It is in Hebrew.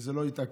שזה לא יתעכב.